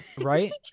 Right